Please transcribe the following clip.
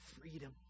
freedom